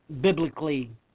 biblically